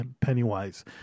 Pennywise